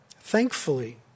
thankfully